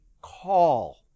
call